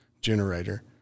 generator